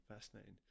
fascinating